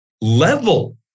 level